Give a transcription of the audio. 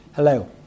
Hello